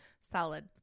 salad